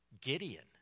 Gideon